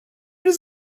does